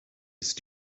ist